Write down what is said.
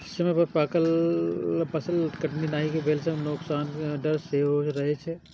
समय पर पाकल फसलक कटनी नहि भेला सं नोकसानक डर सेहो रहै छै